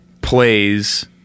plays